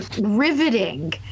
riveting